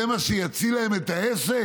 זה מה שיציל להם את העסק?